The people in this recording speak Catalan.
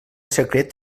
secret